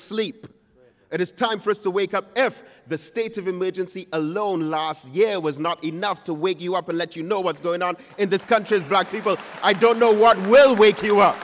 sleep it is time for us to wake up if the state of emergency alone last year was not enough to wake you up or let you know what's going on in this country as black people i don't know what will wake you up